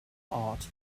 art